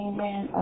Amen